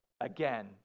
Again